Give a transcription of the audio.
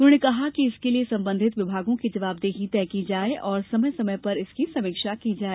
उन्होंने कहा कि इसके लिए संबंधित विभागों की जवाबदेही तय की जाए और समय समय पर इसकी समीक्षा भी की जाए